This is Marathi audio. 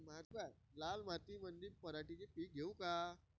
लाल मातीमंदी पराटीचे पीक घेऊ का?